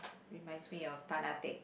reminds me of Tan-Ah-Teck